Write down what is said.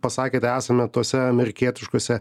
pasakėte esame tuose amerikietiškuose